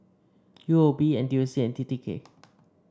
U O B N T U C and T T K